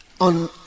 on